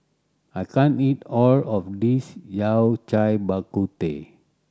I can't eat all of this Yao Cai Bak Kut Teh